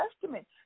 Testament